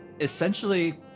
essentially